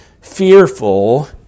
fearful